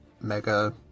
mega